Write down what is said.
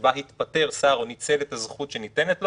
שבה התפטר שר או ניצל את הזכות שניתנת לו,